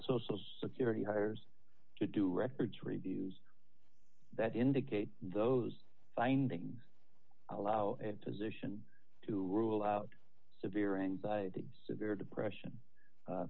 social security hires to do records reviews that indicate those findings allow position to rule out severe anxiety severe depression